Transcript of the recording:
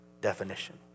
definition